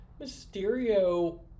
Mysterio